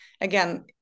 again